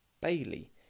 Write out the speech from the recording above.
Bailey